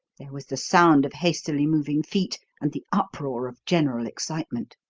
there was the sound of hastily moving feet and the uproar of general excitement.